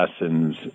lessons